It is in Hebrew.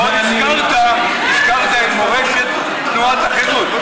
אין לי ספק, ועוד הזכרת את מורשת תנועת החרות.